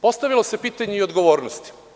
Postavilo se pitanje i odgovornosti.